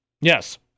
Yes